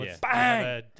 Bang